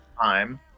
time